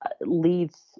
leads